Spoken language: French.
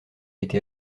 été